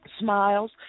smiles